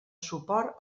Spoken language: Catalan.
suport